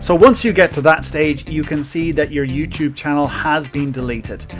so once you get to that stage, you can see that your youtube channel has been deleted.